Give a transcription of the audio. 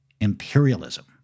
imperialism